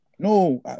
No